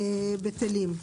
בטלים.